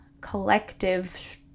collective